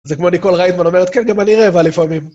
זה כמו ניקול ריידמן אומרת, כן, גם אני רעבה לפעמים.